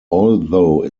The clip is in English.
although